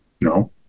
No